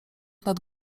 nad